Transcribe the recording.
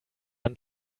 man